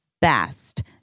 best